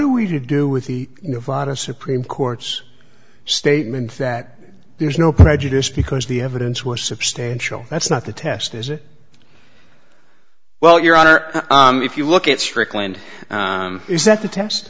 do we do with the nevada supreme court's statement that there's no prejudice because the evidence was substantial that's not the test is it well your honor if you look at strickland is that the test